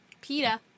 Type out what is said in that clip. PETA